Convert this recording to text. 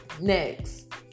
Next